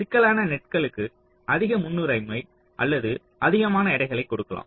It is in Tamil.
சிக்கலான நெட்களுக்கு அதிக முன்னுரிமை அல்லது அதிகமான எடைகளை கொடுக்கலாம்